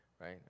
right